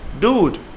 dude